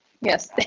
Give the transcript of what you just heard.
Yes